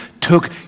took